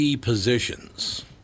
positions